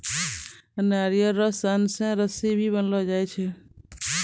नारियल रो सन से रस्सी भी बनैलो जाय छै